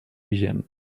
vigent